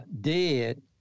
dead